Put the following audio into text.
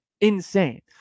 Insane